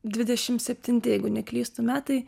dvidešim septinti jeigu neklystu metai